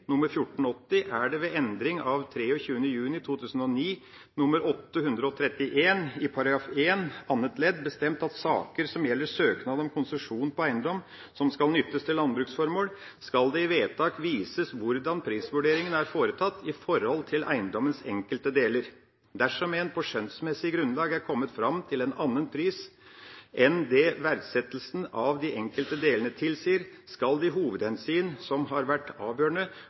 desember 2003 er det ved endring av 23. juni 2009 i § 1 annet ledd bestemt at i saker som gjelder søknad om konsesjon på eiendom som skal nyttes til landbruksformål, skal det i vedtaket vises hvordan prisvurderingen er foretatt i forhold til eiendommens enkelte deler. Dersom en på skjønnsmessig grunnlag er kommet fram til en annen pris enn det verdsettelsen av de enkelte delene tilsier, skal de hovedhensyn som har vært avgjørende